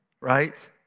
right